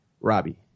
Robbie